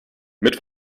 mit